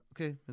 okay